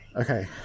Okay